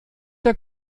der